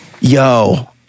Yo